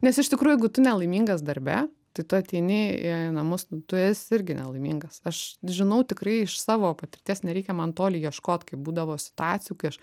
nes iš tikrųjų jeigu tu nelaimingas darbe tai tu ateini į namus tu esi irgi nelaimingas aš žinau tikrai iš savo patirties nereikia man toli ieškot kai būdavo situacijų kai aš